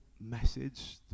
message